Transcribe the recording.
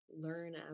learn